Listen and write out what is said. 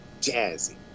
Jazzy